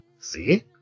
See